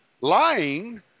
lying